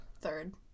third